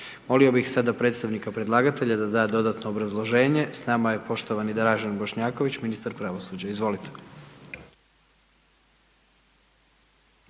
Molio bih sada predstavnika predlagatelja da da dodatno obrazloženje, s nama je poštovani Dražen Bošnjaković, ministar pravosuđa, izvolite.